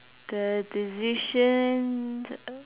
the decision